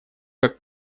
как